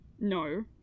No